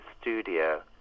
studio